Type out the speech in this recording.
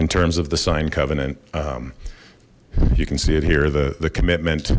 in terms of the signed covenant you can see it here the the commitment